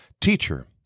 Teacher